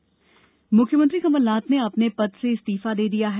इस्तीफा मुख्यमंत्री कमलनाथ ने अपने पद से इस्तीफा दे दिया है